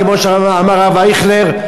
כמו שאמר הרב אייכלר,